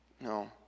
no